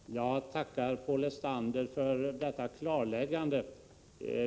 Herr talman! Jag tackar Paul Lestander för detta klarläggande.